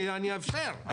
אני אאפשר,